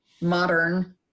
modern